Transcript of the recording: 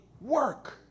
work